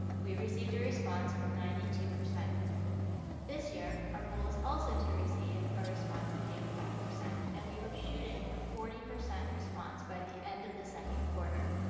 we received a response from ninety two. this year, our goal is also to receive a response of eighty five percent and we were shooting for forty percent response by the end of the second quarter.